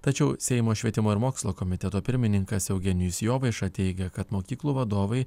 tačiau seimo švietimo ir mokslo komiteto pirmininkas eugenijus jovaiša teigia kad mokyklų vadovai